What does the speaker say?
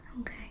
Okay